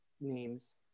names